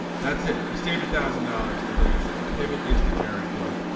that's it. i saved a thousand dollars. i like i said the pivot is the jared cook.